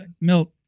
Milt